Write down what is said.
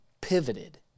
pivoted